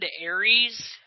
Aries